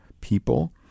people